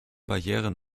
barrieren